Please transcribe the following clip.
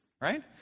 right